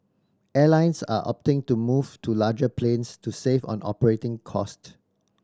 airlines are opting to move to larger planes to save on operating cost